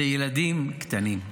זה ילדים קטנים.